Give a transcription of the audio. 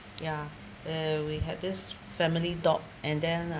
ya and we had this family dog and then ah